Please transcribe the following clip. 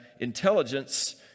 intelligence